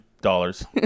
dollars